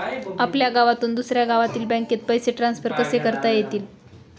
आपल्या गावातून दुसऱ्या गावातील बँकेत पैसे ट्रान्सफर कसे करता येतील?